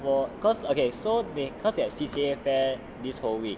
我 cause okay so they cause your C_C_A fair this whole week